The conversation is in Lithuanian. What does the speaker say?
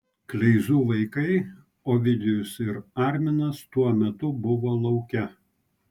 kleizų vaikai ovidijus ir arminas tuo metu buvo lauke